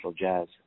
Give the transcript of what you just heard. jazz